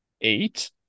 eight